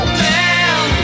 man